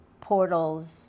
portals